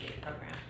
program